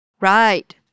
Right